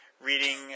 reading